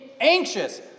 anxious